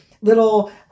little